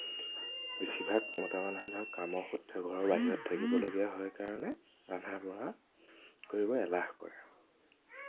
বেছিভাগ মতা মানুহে কামৰ সূত্ৰে ঘৰৰ বাহিৰত থাকিবলগীয়া হয় কাৰণে ৰন্ধা বঢ়া কৰিব এলাহ কৰে